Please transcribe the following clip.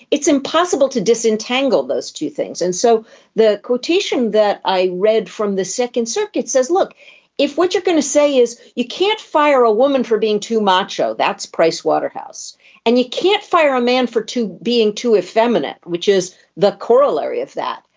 it's impossible to disentangle those two things and so the quotation that i read from the second circuit says look if what you're going to say is you can't fire a woman for being too macho that's pricewaterhouse and you can't fire a man for two being too effeminate which is the corollary of that.